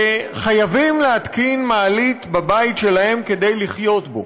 שחייבים להתקין מעלית בבית שלהם כדי לחיות בו,